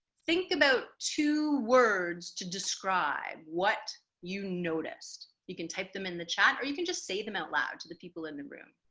think about two words to describe what you noticed. you can type them in the chat or you can just say them out loud to the people in the room.